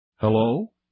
Hello